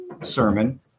sermon